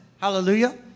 Hallelujah